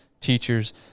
teachers